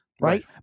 Right